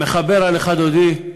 מחבר "לכה דודי",